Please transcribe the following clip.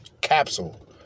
Capsule